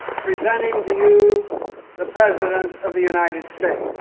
presenting to you the president of the united states